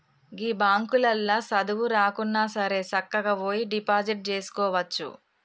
గీ బాంకులల్ల సదువు రాకున్నాసరే సక్కగవోయి డిపాజిట్ జేసుకోవచ్చు